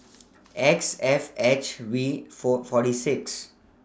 X F H V four forty six